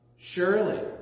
Surely